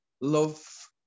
love